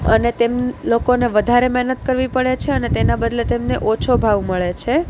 અને તેમ લોકોને વધારે મહેનત કરવી પડે છે અને તેના બદલે તેમને ઓછો ભાવ મળે છે